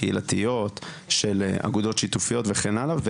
קהילתיות של אגודות שיתופיות וכן הלאה.